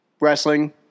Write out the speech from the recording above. Wrestling